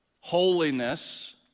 holiness